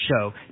show